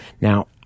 Now